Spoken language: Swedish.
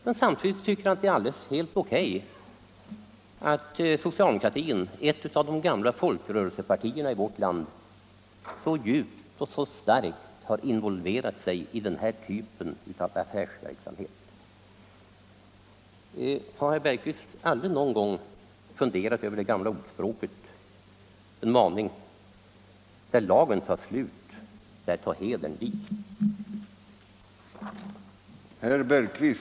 Men samtidigt tycker han att det är helt okej att socialdemokratin — ett av de gamla folkrörelsepartierna i vårt land — så djupt och så starkt har involverat sig i den här typen av affärsverksamhet. Har herr Bergqvist aldrig någon gång funderat över det gamla manande ordspråket: ”Där lagen tar slut, där tar hedern vid”?